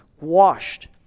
washed